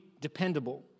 dependable